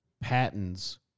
patents